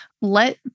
let